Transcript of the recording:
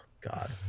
god